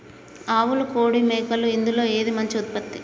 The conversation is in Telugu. ఆవులు కోడి మేకలు ఇందులో ఏది మంచి ఉత్పత్తి?